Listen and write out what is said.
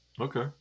Okay